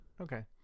Okay